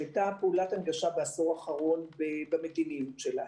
שהייתה פעולת הנגשה בעשור האחרון במדיניות שלה,